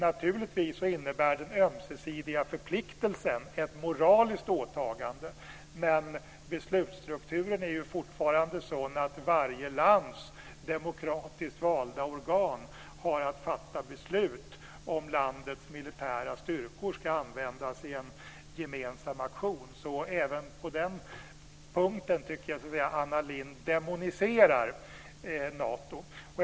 Naturligtvis innebär den ömsesidiga förpliktelsen ett moraliskt åtagande, men beslutsstrukturen är ju fortfarande sådan att varje lands demokratiskt valda organ har att fatta beslut om landets militära styrkor ska användas i en gemensam aktion. Så även på den punkten tycker jag att Anna Lindh demoniserar Nato.